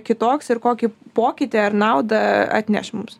kitoks ir kokį pokytį ar naudą atneš mums